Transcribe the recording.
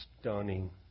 stunning